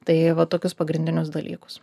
tai va tokius pagrindinius dalykus